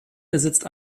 besitzt